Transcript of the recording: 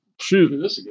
Shoot